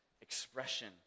expression